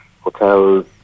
hotels